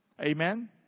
Amen